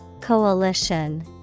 Coalition